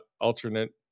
alternate